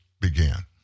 began